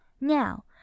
now